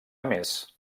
més